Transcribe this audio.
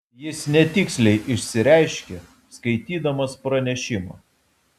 jis netiksliai išsireiškė skaitydamas pranešimą